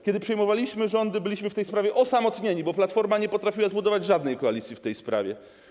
Kiedy przejmowaliśmy rządy, byliśmy osamotnieni, bo Platforma nie potrafiła zbudować żadnej koalicji w tej sprawie.